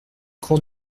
cour